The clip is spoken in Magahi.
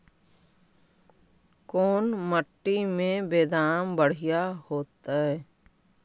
कोन मट्टी में बेदाम बढ़िया होतै?